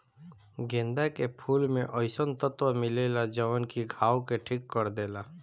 गेंदा के फूल में अइसन तत्व मिलेला जवन की घाव के ठीक कर देला